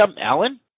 Alan